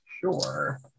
Sure